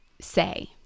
say